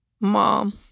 Mom